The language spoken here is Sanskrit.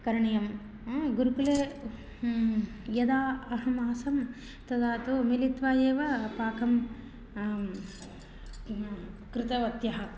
करणीयं गुरुकुले यदा अहम् आसं तदा तु मिलित्वा एव पाकं कृतवन्तः